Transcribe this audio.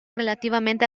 relativamente